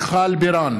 מיכל בירן,